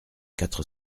quatre